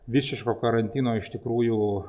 visiško karantino iš tikrųjų